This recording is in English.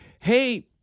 hey